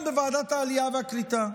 בוועדת העלייה והקליטה,